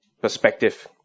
perspective